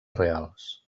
reals